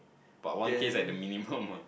but one K is like the minimum ah